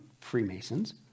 Freemasons